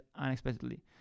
unexpectedly